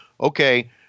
okay